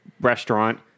restaurant